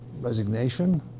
resignation